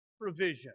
provision